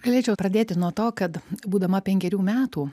galėčiau pradėti nuo to kad būdama penkerių metų